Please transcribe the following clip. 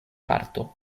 parto